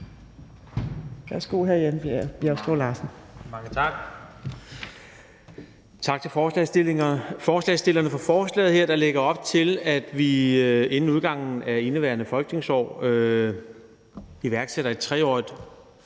Tak til forslagsstillerne for forslaget her, der lægger op til, at vi inden udgangen af indeværende folketingsår iværksætter et 3-årigt